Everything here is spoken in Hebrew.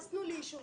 אז תנו לי אישור